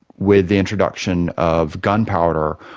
with the introduction of gunpowder,